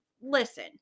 listen